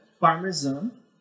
parmesan